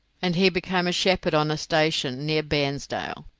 and he became a shepherd on a station near bairnsdale.